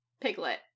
Piglet